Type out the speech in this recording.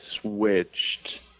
switched